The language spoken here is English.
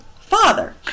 father